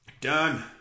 Done